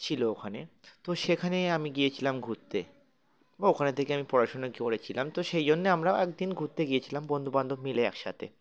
ছিলো ওখানে তো সেখানে আমি গিয়েছিলাম ঘুরতে বা ওখানে থেকে আমি পড়াশুনা করেছিলাম তো সেই জন্যে আমরাও একদিন ঘুরতে গিয়েছিলাম বন্ধুবান্ধব মিলে একসাথে